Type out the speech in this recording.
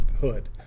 hood